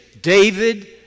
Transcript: David